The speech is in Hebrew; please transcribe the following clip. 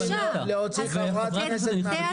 בבקשה --- בצורה נכונה.